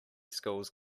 schools